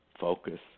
focus